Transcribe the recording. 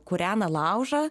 kūrena laužą